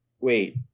wait